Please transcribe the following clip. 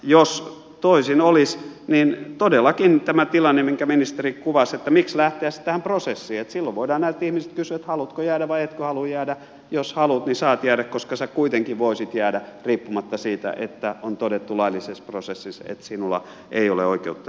jos toisin olisi niin todellakin olisi tämä tilanne minkä ministeri kuvasi että miksi lähteä sitten tähän prosessiin että silloin voidaan näiltä ihmisiltä kysyä että haluatko jäädä vai etkö halua jäädä ja jos haluat niin saat jäädä koska sinä kuitenkin voisit jäädä riippumatta siitä että on todettu laillisessa prosessissa että sinulla ei ole oikeutta jäädä